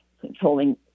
controlling